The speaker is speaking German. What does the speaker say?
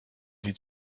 die